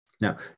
Now